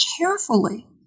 carefully